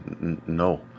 No